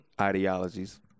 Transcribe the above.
ideologies